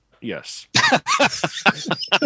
Yes